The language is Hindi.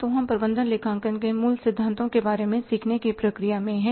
तो हम प्रबंधन लेखांकन के मूल सिद्धांतों के बारे में सीखने की प्रक्रिया में हैं